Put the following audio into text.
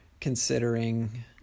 considering